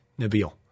Nabil